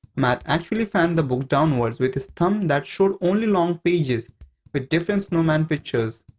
mat actually fanned the book downwards with his thumb that showed only long pages with different snowman pictures.